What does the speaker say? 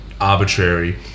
arbitrary